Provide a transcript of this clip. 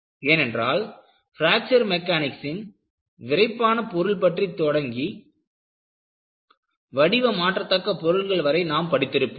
ஏனென்றால் மெக்கானிக்ஸில் விறைப்பானபொருள் பற்றி தொடங்கி வடிவமாற்றத்தக்க பொருள்கள் வரை நாம் படித்திருப்போம்